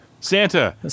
Santa